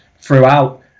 throughout